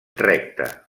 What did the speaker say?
recta